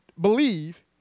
believe